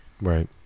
Right